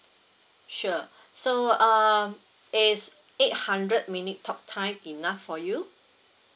sure so um is eight hundred minute talk time enough for you